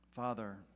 Father